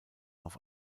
auf